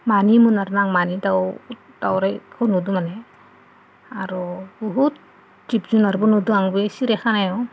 मानैमोन आरोना आं मानै दावराइखौ नुदों माने आरो बहुद जिब जुनारबो नुदों आं बे सिरियाखानायाव